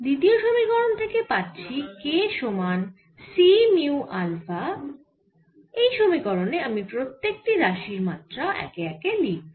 দ্বিতীয় সমীকরণ থেকে পাচ্ছি k সমান C মিউ আলফাএই সমীকরণে আমি প্রত্যেক টি রাশির মাত্রা একে একে লিখব